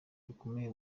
rukomeye